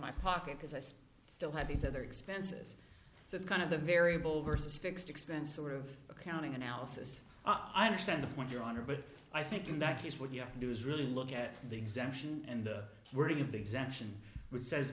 my pocket because i still have these other expenses so it's kind of the variable versus fixed expense of accounting analysis i understand the point your honor but i think in that case what you have to do is really look at the exemption and the wording of the exemption which says